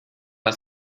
als